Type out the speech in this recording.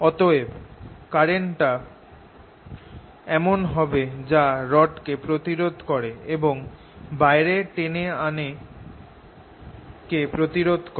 অতএব কারেন্টটা এমন হবে যা রডকে প্রতিরোধ করে এবং বাইরে টেনে আনা কে প্রতিরোধ করে